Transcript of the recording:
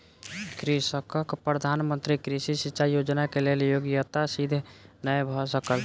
कृषकक प्रधान मंत्री कृषि सिचाई योजना के लेल योग्यता सिद्ध नै भ सकल